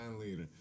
leader